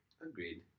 Agreed